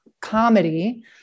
comedy